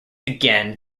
again